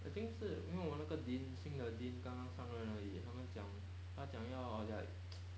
I think 是因为我那个 dean 新的 dean 刚刚上任而已他们讲他讲要 like